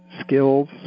skills